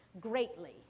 greatly